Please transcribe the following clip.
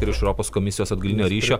ir iš europos komisijos atgalinio ryšio